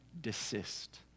desist